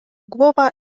głowa